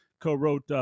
co-wrote